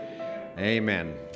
Amen